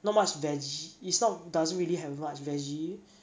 not much veggie it's not doesn't really have much veggie